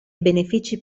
benefici